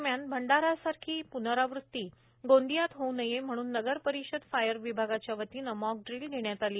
दरम्यान भंडारा सारखी पुनरावृति गोंदियात होऊ नये म्हणून नगरपरिषद फायर विभागाच्या वतीने मॉक ड्रिल घेण्यात आली